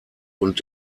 und